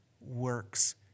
works